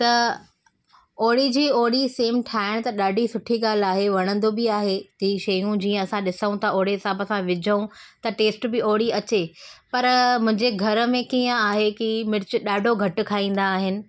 त ओड़ी जी ओड़ी सेम ठाहिणु त ॾाढी सुठी ॻाल्हि आहे वणंदो बि आहे इहे शयूं जीअं असां ॾिसूं था ओड़े हिसाब सां विझूं त टेस्ट बि ओड़ी अचे पर मुंहिंजे घर में कीअं आहे की मिर्चु ॾाढो घटि खाईंदा आहिनि